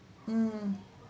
mm